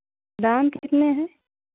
दाम कितने हैं